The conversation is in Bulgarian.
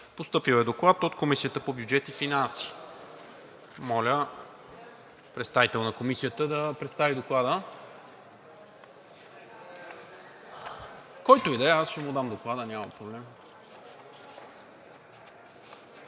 Постъпил е Доклад от Комисията по бюджет и финанси. Моля представител на Комисията да представи Доклада. Който и да е, аз ще му дам Доклада, няма проблем.